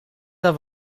dat